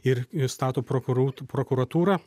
ir nustato prokuru prokuratūrą